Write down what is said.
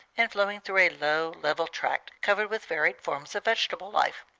and flowing through a low, level tract, covered with varied forms of vegetable life.